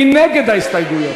מי נגד ההסתייגויות?